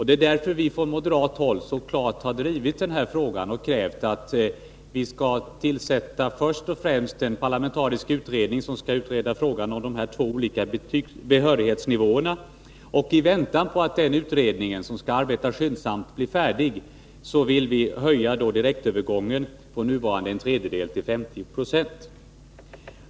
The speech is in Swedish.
Det är därför vi från moderat håll så klart har drivit frågan och krävt att man först och främst skall tillsätta en parlamentarisk utredning som skall utreda frågan om de två olika behörighetsnivåerna. I väntan på att denna utredning, som skall arbeta skyndsamt, blir färdig vill vi höja direktövergången från nuvarande en tredjedel till hälften.